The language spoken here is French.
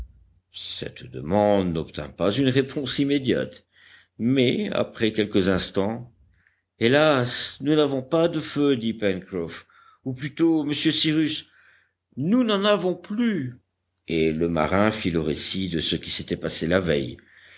cette demande n'obtint pas une réponse immédiate mais après quelques instants hélas nous n'avons pas de feu dit pencroff ou plutôt monsieur cyrus nous n'en avons plus et le marin fit le récit de ce qui s'était passé la veille